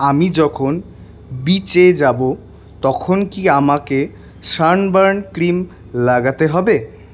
আমি যখন বীচে যাব তখন কি আমাকে সানবার্ন ক্রিম লাগাতে হবে